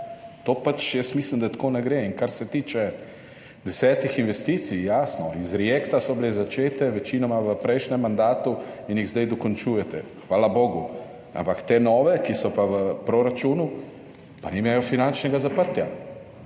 bo potrebno. Mislim, da tako ne gre. In kar se tiče 10 investicij, jasno, iz REACT-EU so bile začete večinoma v prejšnjem mandatu in jih zdaj dokončujete, hvala bogu, ampak te nove, ki so v proračunu, pa nimajo finančnega zaprtja.